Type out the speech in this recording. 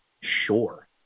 Sure